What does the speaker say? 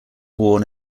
worn